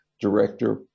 director